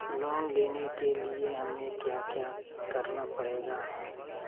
Loan लेने के लिए हमें क्या क्या करना पड़ेगा?